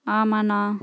ஆமாண்ணா